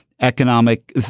economic